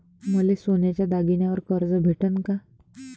मले सोन्याच्या दागिन्यावर कर्ज भेटन का?